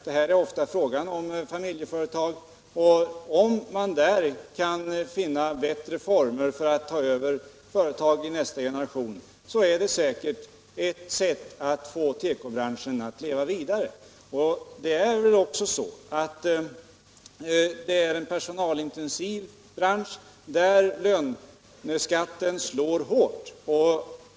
Dessa företag är ofta familjeföretag, och om man kan finna bättre former för att ta över företagen i nästa generation, är det säkert ett sätt att hjälpa tekobranschen att leva vidare. Det är också fråga om en personalintensiv bransch, där löneskatten slår hårt.